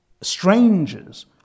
strangers